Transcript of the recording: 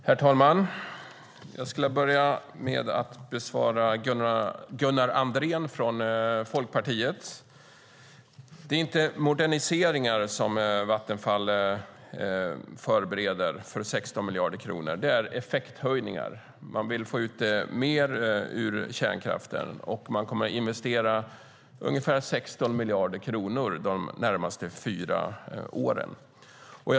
Herr talman! Jag börjar med att svara Folkpartiets Gunnar Andrén. Det är inte moderniseringar som Vattenfall förbereder för 16 miljarder, utan det är effekthöjningar. Man vill ut mer ur kärnkraften, och man kommer alltså att investera ungefär 16 miljarder de närmaste fyra åren.